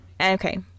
Okay